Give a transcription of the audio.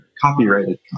copyrighted